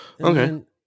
Okay